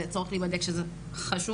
והצורך להיבדק שהוא חשוב,